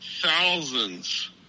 thousands